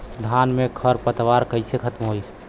धान में क खर पतवार कईसे खत्म होई?